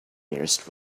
nearest